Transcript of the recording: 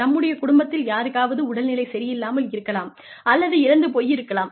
நம்முடைய குடும்பத்தில் யாருக்காவது உடல்நிலை சரியில்லாமல் இருக்கலாம் அல்லது இறந்து போயிருக்கலாம்